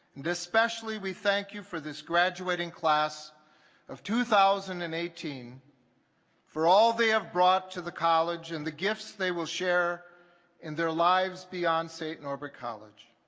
and especially we thank you for this graduating class of two thousand and eighteen for all they have brought to the college and the gifts they will share in their lives beyond st. norbert college